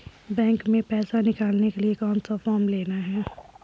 Bank में पैसा निकालने के लिए कौन सा फॉर्म लेना है?